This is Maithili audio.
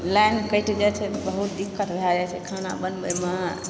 लाइन कटि जाइत छै तऽ बहुत दिक्कत भए जाइत छै खाना बनबैमऽ